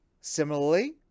Similarly